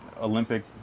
Olympic